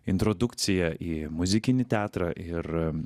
introdukcija į muzikinį teatrą ir